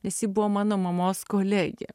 nes ji buvo mano mamos kolegė